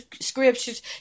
scriptures